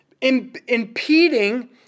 impeding